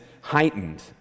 heightened